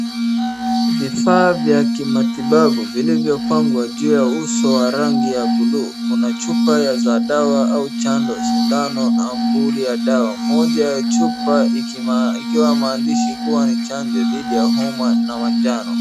Vifaa vya kimatibabu vilivyopangwa juu ya uso wa rangi ya bluu. Kuna chupa za dawa au chando sindano na mvuli ya dawa. Moja ya chupa ikiwa maandishi kuwa ni chanjo dhidi ya homa na majano.